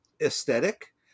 aesthetic